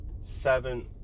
seven